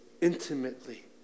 intimately